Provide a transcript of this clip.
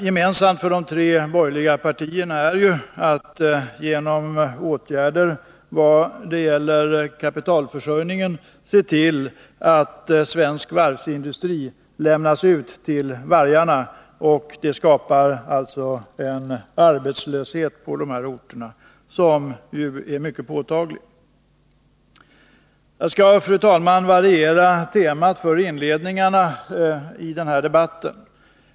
Gemensamt för de tre borgerliga partierna är att de genom åtgärder när det gäller kapitalförsörjningen vill se till att svensk varvsindustri lämnas ut till vargarna. Det skapar en arbetslöshet som är mycket påtaglig på dessa orter. Jag skall, fru talman, variera temat för inledningarna i den här debatten.